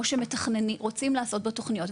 או שרוצים לעשות בו תוכניות,